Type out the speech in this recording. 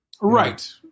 Right